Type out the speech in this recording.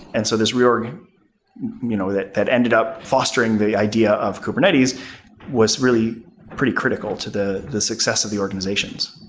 and so this reorg you know that that ended up fostering the idea of kubernetes was really pretty critical to the the success of the organizations.